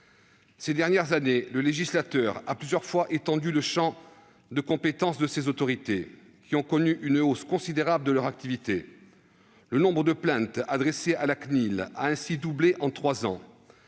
Ces dernières années, le législateur a étendu plusieurs fois le champ de compétences de ces autorités, qui ont connu une hausse considérable de leur activité. Le nombre de plaintes adressées à la CNIL a ainsi doublé en trois ans,